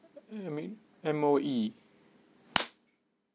mm M_O_E